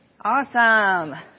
Awesome